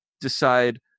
decide